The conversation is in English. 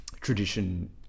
tradition